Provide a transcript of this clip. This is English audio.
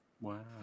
Wow